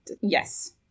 Yes